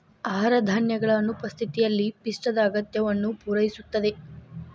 ಆಹಾರ ಧಾನ್ಯಗಳ ಅನುಪಸ್ಥಿತಿಯಲ್ಲಿ ಪಿಷ್ಟದ ಅಗತ್ಯವನ್ನು ಪೂರೈಸುತ್ತದೆ